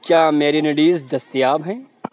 کیا میرینیڈیز دستیاب ہیں